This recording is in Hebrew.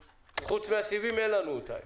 וחוץ מהסיבים אין לנו אותה היום.